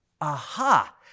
aha